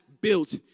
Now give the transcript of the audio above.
built